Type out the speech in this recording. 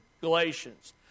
Galatians